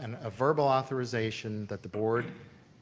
and a verbal authorization that the board